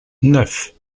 neuf